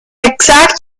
exact